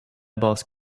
basse